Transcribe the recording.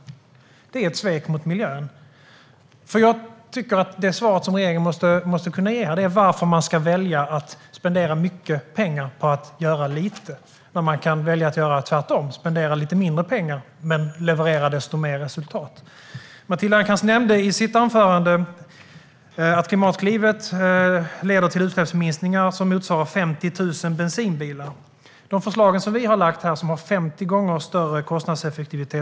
Det är ett svek mot miljön. Det svar som regeringen måste ge är varför man ska välja att spendera mycket pengar på att göra lite när man kan välja att göra tvärtom, spendera lite mindre pengar men leverera desto mer resultat. Matilda Ernkrans nämnde i sitt anförande att Klimatklivet leder till utsläppsminskningar som motsvarar 50 000 bensinbilar. De förslag som vi har lagt fram är 50 gånger mer kostnadseffektivt.